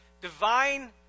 divine